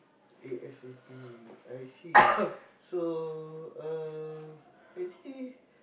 A_S_A_P I see so uh actually